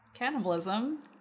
cannibalism